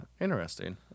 interesting